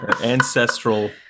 ancestral